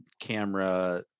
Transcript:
camera